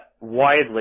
widely